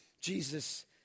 Jesus